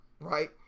right